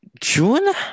June